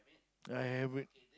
I have it